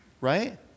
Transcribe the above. right